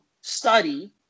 study